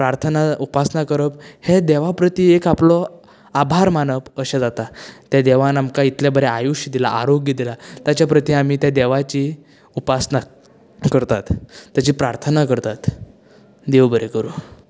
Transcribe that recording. प्रार्थना उपासना करप हें देवा प्रती एक आपलो आभार मानप अशें जाता तें देवान आमकां इतलें बरें आयुश्य दिलां आरोग्य दिलां ताचे प्रती आमी तें देवाची उपासना करतात तेची प्रार्थना करतात देव बरें करूं